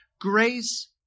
grace